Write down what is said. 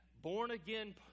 born-again